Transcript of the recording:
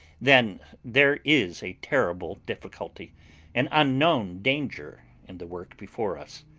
then there is a terrible difficulty an unknown danger in the work before us.